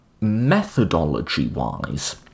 methodology-wise